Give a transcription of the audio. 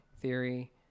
theory